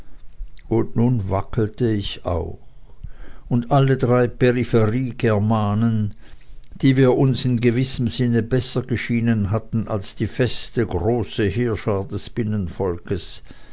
und nun wackelte ich auch und alle drei peripherie germanen die wir uns in gewissem sinne besser geschienen hatten als die feste große heerschar des binnenvolkes